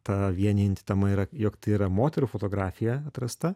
ta vienijanti tema yra jog tai yra moterų fotografija atrasta